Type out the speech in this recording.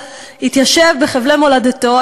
התיישב בחבלי מולדתו,